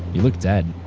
you look dead.